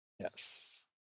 Yes